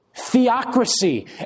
theocracy